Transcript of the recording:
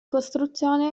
costruzione